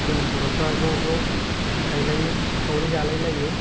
जों बर'फ्रा ज' ज' गायलायो सावरि जालायलायो